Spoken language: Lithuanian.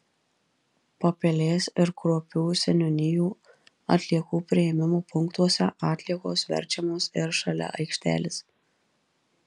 papilės ir kruopių seniūnijų atliekų priėmimo punktuose atliekos verčiamos ir šalia aikštelės